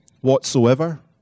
whatsoever